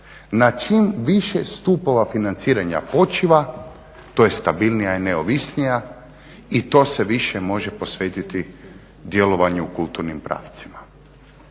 na čim više stupova financiranja počiva to je stabilnija i neovisnija i to se više može posvetiti djelovanju u kulturnim pravcima.